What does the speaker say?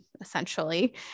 essentially